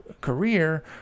career